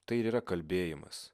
tai ir yra kalbėjimas